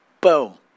boom